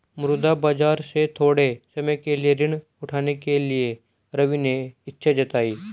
मुद्रा बाजार से थोड़े समय के लिए ऋण उठाने के लिए रवि ने इच्छा जताई